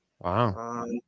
Wow